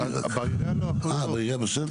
הערבים,